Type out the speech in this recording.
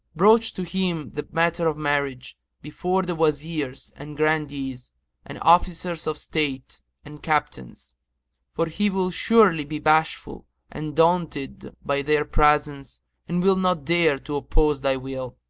broach to him the matter of marriage before the wazirs and grandees and officers of state and captains for he will surely be bashful and daunted by their presence and will not dare to oppose thy will.